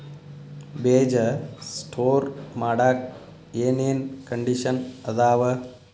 ಬೇಜ ಸ್ಟೋರ್ ಮಾಡಾಕ್ ಏನೇನ್ ಕಂಡಿಷನ್ ಅದಾವ?